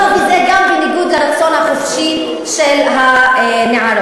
לא, וזה גם בניגוד לרצון החופשי של הנערות.